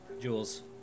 Jules